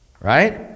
Right